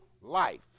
life